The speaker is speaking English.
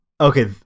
okay